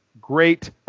great